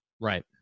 right